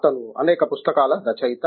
అతను అనేక పుస్తకాల రచయిత